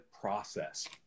process